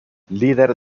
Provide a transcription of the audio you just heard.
líder